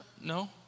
No